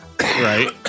Right